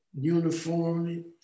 uniformly